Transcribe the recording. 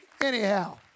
anyhow